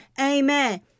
Amen